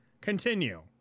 continue